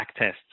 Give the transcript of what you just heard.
backtest